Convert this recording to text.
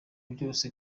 byose